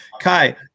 Kai